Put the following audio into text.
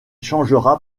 changera